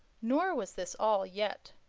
nor was this all yet.